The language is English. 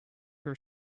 her